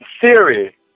Siri